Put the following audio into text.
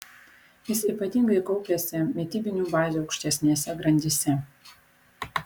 jis ypatingai kaupiasi mitybinių bazių aukštesnėse grandyse